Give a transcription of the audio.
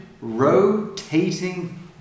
rotating